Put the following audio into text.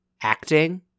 acting –